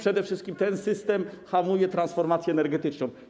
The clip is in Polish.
przede wszystkim ten system hamuje transformację energetyczną.